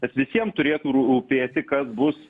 nes visiem turėtų rū rūpėti kas bus